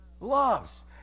loves